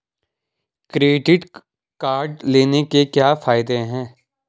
Credit card लेने के क्या फायदे हैं?